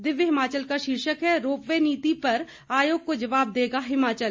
दिव्य हिमाचल की शीर्षक है रोप वे पर नीति आयोग को जवाब देगा हिमाचल